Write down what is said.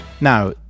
Now